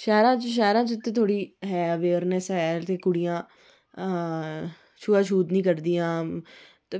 शैह्रा च शैह्रा च ते थोह्ड़ी ऐ अवेयरनेस ऐ ते कुडियां छुआछूत निं करदियां ते